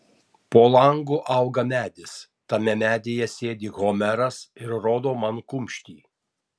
po langu auga medis tame medyje sėdi homeras ir rodo man kumštį